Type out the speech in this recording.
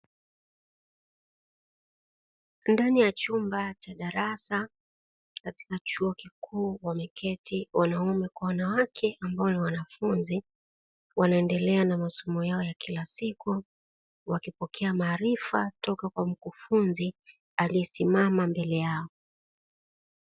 Ndani ya chumba cha darasa katika chuo kikuu, wameketi wanaume kwa wanawake ambao ni wanafunzi wanaendelea na masomo yao ya kila siku wakipokea maarifa toka kwa mkufunzi aliyesimama mbele yao.